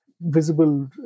visible